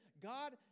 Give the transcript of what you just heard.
God